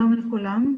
שלום לכולם.